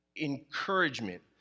encouragement